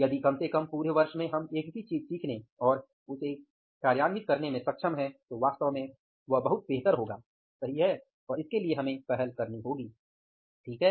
यदि कम से कम पूरे वर्ष में हम एक भी चीज सिखने और कार्यान्वित करने में सक्षम हैं तो वास्तव में वह बहुत बेहतर होगा सही है और इसके लिए हमें पहल करनी होगी सही है